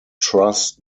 truss